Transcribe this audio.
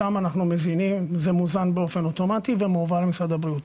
שם זה מוזן באופן אוטומטי ומועבר למשרד הבריאות.